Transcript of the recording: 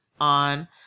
on